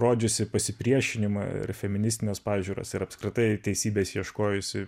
rodžiusi pasipriešinimą ir feministines pažiūras ir apskritai teisybės ieškojusi